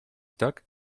tak